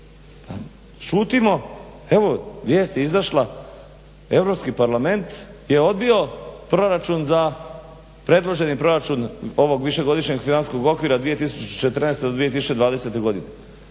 šutimo, evo vijest je izašla, Europski parlament je odbio predloženi proračun ovog višegodišnjeg financijskog okvira 2014.-2020. godine.